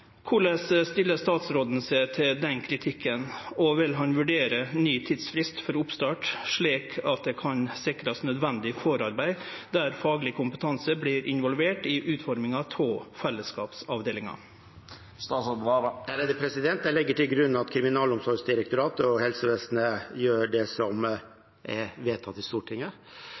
Korleis stiller statsråden seg til den kritikken? Og vil han vurdere ny tidsfrist for oppstart, slik at ein kan sikra nødvendig forarbeid, der fagleg kompetanse vert involvert i utforminga av fellesskapsavdelinga? Jeg legger til grunn at Kriminalomsorgsdirektoratet og helsevesenet gjør det som er vedtatt i Stortinget.